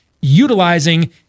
utilizing